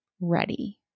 ready